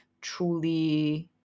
truly